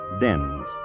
dens